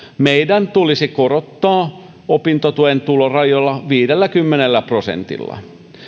meidän tulisi korottaa opintotuen tulorajoja viidelläkymmenellä prosentilla